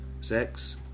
sex